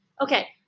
Okay